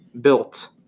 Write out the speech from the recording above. built